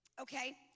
Okay